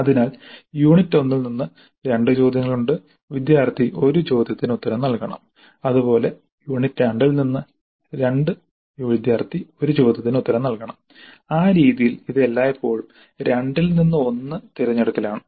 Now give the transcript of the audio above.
അതിനാൽ യൂണിറ്റ് 1 ൽ നിന്ന് 2 ചോദ്യങ്ങൾ ഉണ്ട് വിദ്യാർത്ഥി 1 ചോദ്യത്തിന് ഉത്തരം നൽകണം അതുപോലെ യൂണിറ്റ് 2 ൽ നിന്ന് 2 വിദ്യാർത്ഥി 1 ചോദ്യത്തിന് ഉത്തരം നൽകണം ആ രീതിയിൽ ഇത് എല്ലായ്പ്പോഴും 2 ൽ നിന്ന് 1 തിരഞ്ഞെടുക്കലാണ്